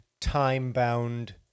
time-bound